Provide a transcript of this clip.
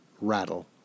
rattle